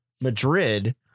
Madrid